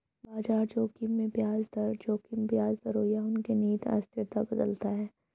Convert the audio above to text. बाजार जोखिम में ब्याज दर जोखिम ब्याज दरों या उनके निहित अस्थिरता बदलता है